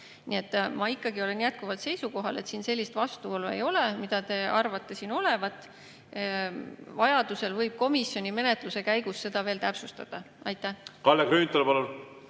Nii et ma ikkagi olen jätkuvalt seisukohal, et siin sellist vastuolu ei ole, mida te arvate siin olevat. Vajaduse korral võib komisjon menetluse käigus seda veel täpsustada. Aitäh! Tõepoolest ei